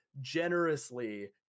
generously